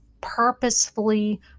purposefully